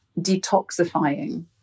detoxifying